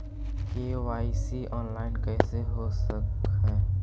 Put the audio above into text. KYC online कैसे हो सक है?